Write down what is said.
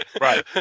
Right